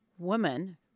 woman